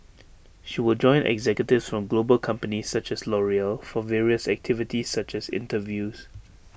she will join executives from global companies such as L'Oreal for various activities such as interviews